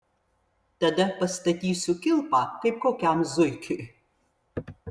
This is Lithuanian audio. tada pastatysiu kilpą kaip kokiam zuikiui